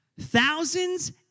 Thousands